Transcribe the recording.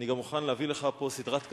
אני גם מוכן להביא לך פה סדרת כתבות,